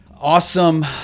Awesome